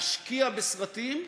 להשקיע בסרטים,